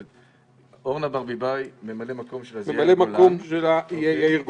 אורנה ברביבאי ממלא מקום שלה הוא יאיר גולן?